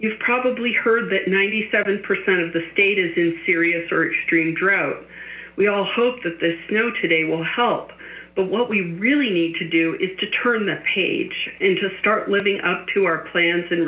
you've probably heard that ninety seven percent the state is in serious or extreme drought we all hope that the snow today will help but what we really need to do is to turn the page and to start living up to our plans and